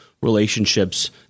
relationships